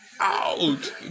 out